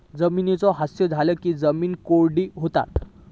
जिमिनीचो ऱ्हास झालो की जिमीन कोरडी होता